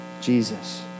Jesus